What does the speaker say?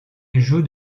joue